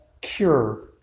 cure